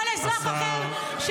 -- כל אזרח אחר -- השר.